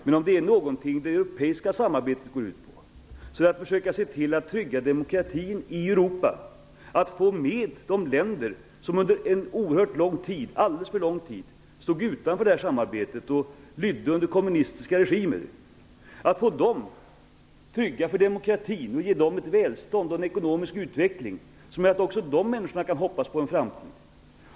Är det någonting det europeiska samarbetet går ut på är det att försöka se till att trygga demokratin i Europa och få med de länder som under oerhört långt tid, alldeles för lång tid, stod utanför detta samarbete och lydde under kommunistiska regimer. Det gäller att få dessa länder trygga för demokratin och ge dem ett välstånd och en ekonomisk utveckling som gör att också människor i de länderna kan hoppas på en framtid.